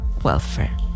welfare